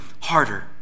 harder